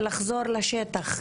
לחזור לשטח,